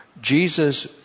Jesus